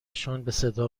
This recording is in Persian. صدا